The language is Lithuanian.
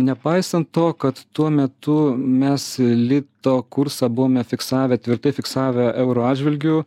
nepaisant to kad tuo metu mes lito kursą buvome fiksavę tvirtai fiksavę euro atžvilgiu